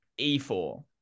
E4